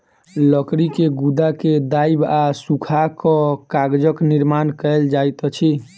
लकड़ी के गुदा के दाइब आ सूखा कअ कागजक निर्माण कएल जाइत अछि